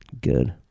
good